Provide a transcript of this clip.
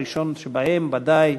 הראשון שבהם הוא ודאי